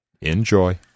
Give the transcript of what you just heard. Enjoy